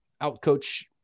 out-coach